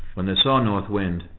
when they saw north wind,